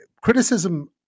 criticism